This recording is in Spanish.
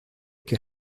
que